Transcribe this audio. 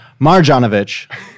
Marjanovic